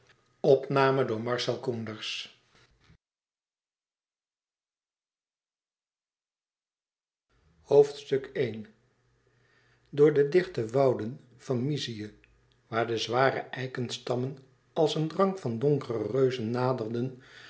xxxxxx i door de dichte wouden van myzië waar de zware eikenstammen als een drang van donkere reuzen naderden